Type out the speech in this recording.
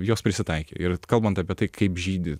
jos prisitaikė ir kalbant apie tai kaip žydi